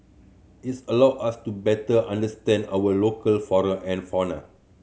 its allow us to better understand our local flora and fauna